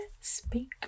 speak